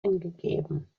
angegeben